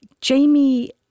Jamie